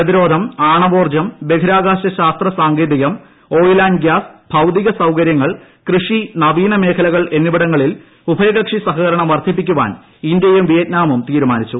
പ്രതിരോധം ആണവോർജ്ജം ബഹിരാകാശ ശാസ്ത്ര സാങ്കേതികം ഓയിൽ ആന്റ് ഗ്യാസ് ഭൌതീക സൌകരൃങ്ങൾ കൃഷി നവീന മേഖലകൾ എന്നിവിടങ്ങളിൽ ഉഭയകക്ഷി സഹകരണം വർദ്ധപ്പിക്കാൻ ഇന്ത്യയുംട വിയറ്റ്നാവും തീരുമാനിച്ചു